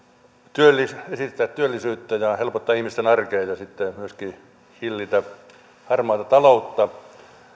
edistää työllisyyttä ja helpottaa ihmisten arkea ja myöskin hillitä harmaata taloutta